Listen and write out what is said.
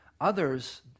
others